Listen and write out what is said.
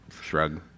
shrug